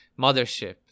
mothership